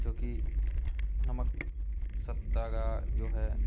जो कि नमक सत्ता का जो है